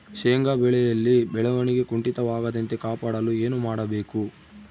ಶೇಂಗಾ ಬೆಳೆಯಲ್ಲಿ ಬೆಳವಣಿಗೆ ಕುಂಠಿತವಾಗದಂತೆ ಕಾಪಾಡಲು ಏನು ಮಾಡಬೇಕು?